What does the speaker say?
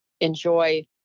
enjoy